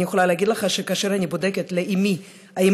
אני יכול להגיד לך שכאשר אני בודקת לאמי האם